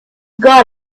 got